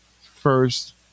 first